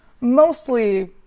mostly